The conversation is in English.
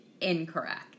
Incorrect